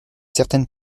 certaine